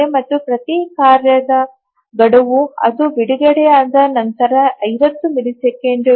ಮತ್ತು ಪ್ರತಿ ಕಾರ್ಯದ ಗಡುವು ಅದು ಬಿಡುಗಡೆಯಾದ ನಂತರ 50 ಮಿಲಿಸೆಕೆಂಡುಗಳು